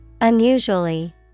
Unusually